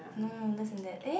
no less than that eh